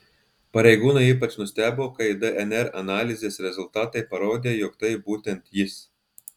pareigūnai ypač nustebo kai dnr analizės rezultatai parodė jog tai būtent jis